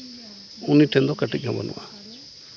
ᱩᱱᱤ ᱴᱷᱮᱱ ᱫᱚ ᱠᱟᱹᱴᱤᱡ ᱦᱚᱸ ᱵᱟᱹᱱᱩᱜᱼᱟ